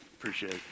Appreciate